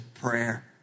prayer